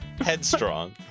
Headstrong